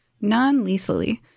non-lethally